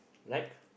like